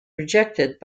rejected